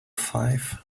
five